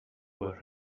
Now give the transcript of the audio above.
where